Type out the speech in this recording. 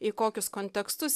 į kokius kontekstus